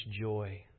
joy